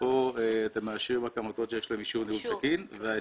שכאן אתם מאשרים רק עמותות שיש להם אישור ניהול תקין וההסדר